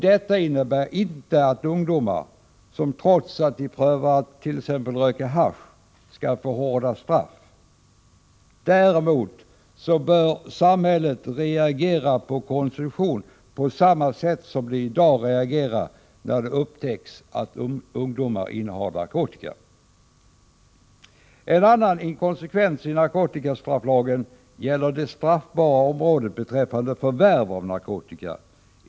Detta innebär inte att ungdomar, trots att de prövar att t.ex. röka hasch, skall få hårda straff. Däremot bör samhället reagera på konsumtion på samma sätt som det i dag reagerar när det upptäcks att ungdomar innehar narkotika. En annan inkonsekvens i narkotikastrafflagen gäller det straffbara området beträffande förvärv av narkotika.